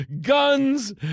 guns